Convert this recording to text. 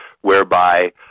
Whereby